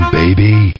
baby